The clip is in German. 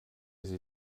sie